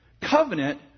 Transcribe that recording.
covenant